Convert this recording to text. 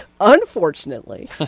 unfortunately